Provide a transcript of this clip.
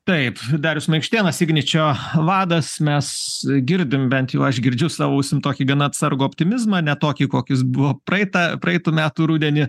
taip darius maikštėnas igničio vadas mes girdim bent jau aš girdžiu savo ausim tokį gana atsargų optimizmą ne tokį kokis buvo praeitą praeitų metų rudenį